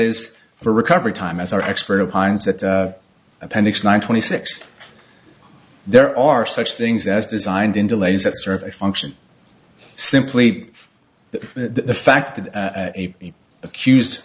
is for recovery time as our expert opines that appendix nine twenty six there are such things as designed in delays that serve a function simply the fact that the accused